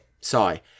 Sorry